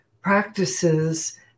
practices